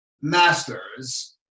masters